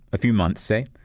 a few months say.